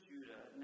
Judah